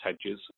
hedges